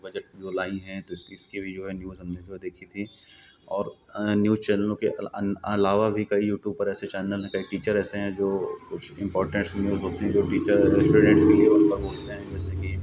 budget जो लाई हैं तो इस इसके लिए हम हम लोग जो न्यूज़ देखी थी और हमें न्यूज़ चैनल के अल अलावा भी कई यूट्यूब पर ऐसे चैनल है कई टीचर ऐसे हैं जो कुछ इम्पोर्टेंस न्यूज़ होती हैं जो टीचर इस्टूडेंट्स के लिए रखते हैं जैसे कि